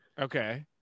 Okay